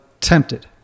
tempted